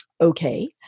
okay